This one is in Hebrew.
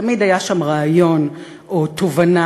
תמיד היה שם רעיון, או תובנה,